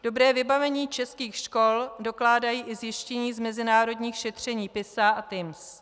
Dobré vybavení českých škol dokládají i zjištění z mezinárodních šetření PISA a TIMSS.